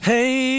Hey